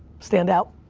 stand out.